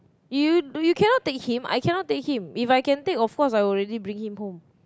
you you cannot take him I cannot take him If I can take of course I will already bring him home